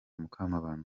mukamabano